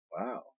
Wow